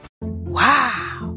Wow